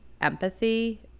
empathy